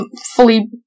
fully